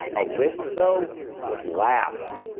a list, though, would last.